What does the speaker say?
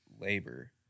labor